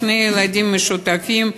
שני ילדים משותפים,